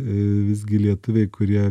visgi lietuviai kurie